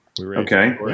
Okay